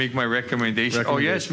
make my recommendation oh yes